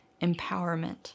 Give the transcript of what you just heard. empowerment